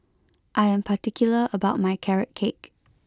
I am particular about my carrot cake